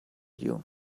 you